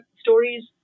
stories